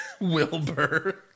Wilbur